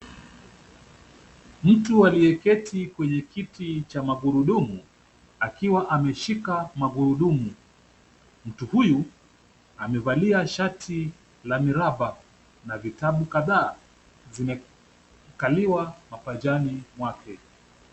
Mtu aliyeketi kwenye kiti cha magurudumu, akiwa ameshika magururdumu. Mtu huyu amevalia shati la miraba na vitabu kadhaa vimekaliwa mapajani mwake.